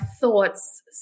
thoughts